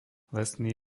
lesný